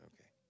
Okay